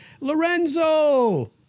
Lorenzo